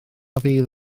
fydd